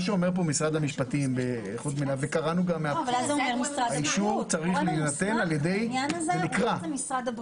מה שאומר כאן משרד המשפטים זה שהאישור צריך להינתן על ידי רשות מוסמכת.